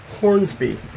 Hornsby